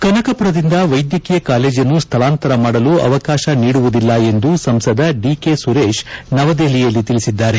ಕನಕಪುರದಿಂದ ವೈದ್ಯಕೀಯ ಕಾಲೇಜನ್ನು ಸ್ಥಳಾಂತರ ಮಾಡಲು ಅವಕಾಶ ನೀಡುವುದಿಲ್ಲ ಎಂದು ಸಂಸದ ದಿಕೆ ಸುರೇಶ್ ನವದೆಹಲಿಯಲ್ಲಿ ತಿಳಿಸಿದ್ದಾರೆ